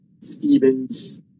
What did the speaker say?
Stephen's